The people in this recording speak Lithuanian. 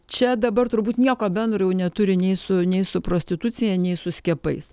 čia dabar turbūt nieko bendro jau neturi nei su nei su prostitucija nei su skiepais